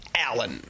Allen